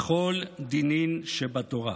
לכל דינין שבתורה",